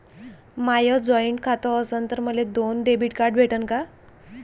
माय joint खातं असन तर मले दोन डेबिट कार्ड भेटन का?